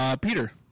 Peter